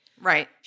Right